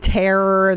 terror